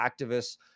activists